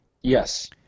yes